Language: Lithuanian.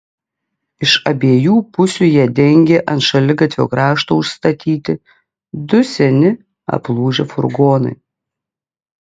iš abiejų pusių ją dengė ant šaligatvio krašto užstatyti du seni aplūžę furgonai